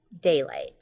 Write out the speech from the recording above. daylight